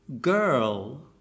Girl